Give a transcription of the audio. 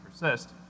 persist